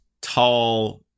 tall